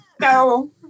No